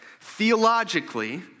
theologically